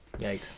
Yikes